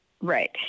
Right